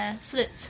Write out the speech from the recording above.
Flute